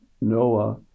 Noah